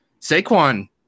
Saquon